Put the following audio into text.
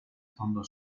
fondo